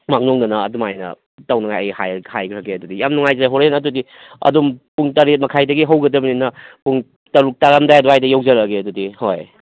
ꯃꯥꯡꯖꯧꯅꯅ ꯑꯗꯨꯃꯥꯏꯅ ꯇꯥꯎꯅꯤꯡꯉꯥꯏ ꯑꯩ ꯍꯥꯏꯈ꯭ꯔꯒꯦ ꯑꯗꯨꯗꯤ ꯌꯥꯝ ꯅꯨꯡꯉꯥꯏꯖꯔꯦ ꯍꯣꯔꯦꯟ ꯑꯗꯨꯗꯤ ꯑꯗꯨꯝ ꯄꯨꯡ ꯇꯔꯦꯠ ꯃꯈꯥꯏꯗꯒꯤ ꯍꯧꯒꯗꯕꯅꯤꯅ ꯄꯨꯡ ꯇꯔꯨꯛ ꯇꯥꯔꯝꯗꯥꯏ ꯑꯗꯨꯋꯥꯏꯗ ꯌꯧꯖꯔꯛꯑꯒꯦ ꯑꯗꯨꯗꯤ ꯍꯣꯏ